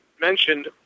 mentioned